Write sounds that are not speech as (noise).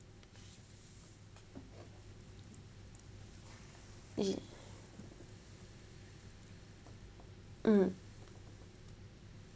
(noise) mm